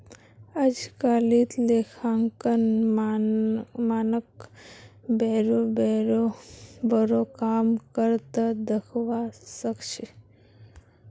अजकालित लेखांकन मानकक बोरो बोरो काम कर त दखवा सख छि